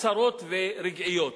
צרות ורגעיות.